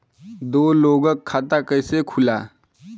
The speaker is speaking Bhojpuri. दो लोगक खाता कइसे खुल्ला?